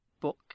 book